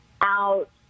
out